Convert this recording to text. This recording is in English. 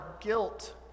guilt